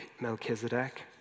Melchizedek